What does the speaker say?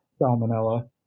salmonella